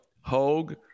Hogue